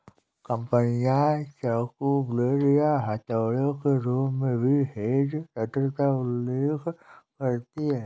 कंपनियां चाकू, ब्लेड या हथौड़े के रूप में भी हेज कटर का उल्लेख करती हैं